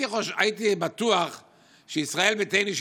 הייתי בטוח שישראל ביתנו,